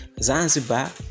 zanzibar